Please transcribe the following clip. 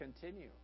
continue